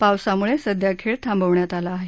पावसामुळे सध्या खेळ थांबवण्यात आला आहे